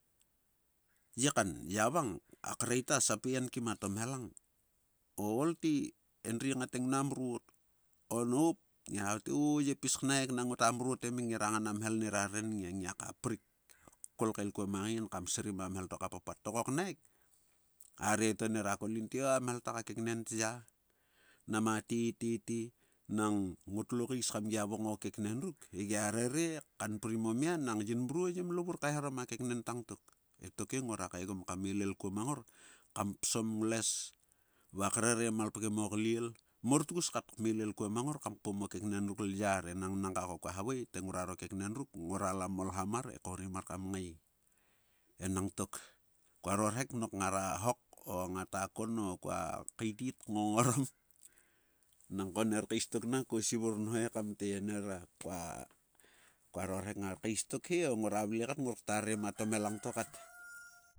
Yekan, ya vang? A kre ta sap he enkim a tomhel lang, o, olte, endri ngate ngnua mrot. O noup, ngera havae te. O-ye pis knaik nang ngota mrot emik, ngera ngan, a mhel nera re nngia, ngiaka prik kol kael kuo mang ngain kam srim a mhel to ka papat, to koknaik a re to nera kol in tea mhel ta ka keknen tya. Noma te te te, nang ngot lo kais kam gia vokong o keknen ruk, he gia rere kanprim o mia nang yin miruo yim lo vur kaeharom a keknen tang tok. E toke ngora kaegom kam eleli kua mang ngor. Kam psom nglues va krere malpgem o gliel, mortgus kat, kmelel kuo mang ngor kam kpom o keknen ruk lyar enang naga ko kua havae te ngruaro keknen ruk, ngorala molham mar he korim mar kam ngae. Enangtok, kuaro rhek nok ngara hok, o nga ta kon, o kua kaitit kngongorom nangko ner kais tok na ko sivur nho ekam te mrung gia rere re nangko ngera ngae, a mhel to telo vrua minor kam nngiar te lo is kam vokong a mhelang he ka vaeng eka vle ka te o-lakae ol te, orsang na he aoo-al to mhel langta o.